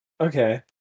Okay